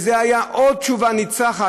וזו הייתה עוד תשובה ניצחת,